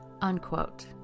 unquote